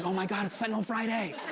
my god! it's fentanyl friday!